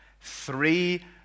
three